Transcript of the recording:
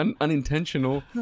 unintentional